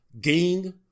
gained